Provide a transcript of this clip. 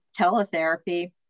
teletherapy